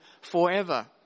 forever